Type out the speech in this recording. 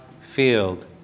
field